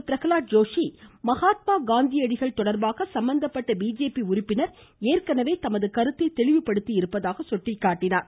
பிரகலாத் ஜோஷி மகாத்மா காந்தியடிகள் தொடர்பாக சம்மந்தப்பட்ட பிஜேபி உறுப்பினர் ஏற்கனவே தமது கருத்தை தெளிவுபடுத்தியிருப்பதாக சுட்டிக்காட்டினார்